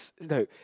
no